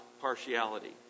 partiality